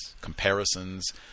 comparisons